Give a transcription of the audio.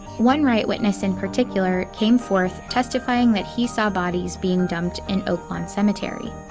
one riot witness in particular came forth, testifying that he saw bodies being dumped in oaklawn cemetery.